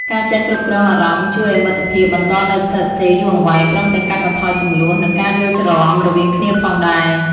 ការចេះគ្រប់់គ្រងអារម្មណ៍ជួយឱ្យមិត្តភាពបន្តនៅស្ថិតស្ថេរយូរអង្វែង ព្រមទាំងកាត់បន្ថយជម្លោះ និងការយល់ច្រឡំរវាងគ្នាផងដែរ។